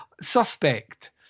Suspect